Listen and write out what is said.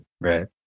Right